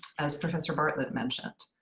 as professor bartlett mentioned.